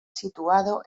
situado